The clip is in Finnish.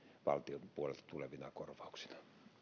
valtion puolelta tulevina korvauksina